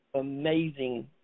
amazing